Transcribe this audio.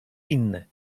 inny